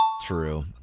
true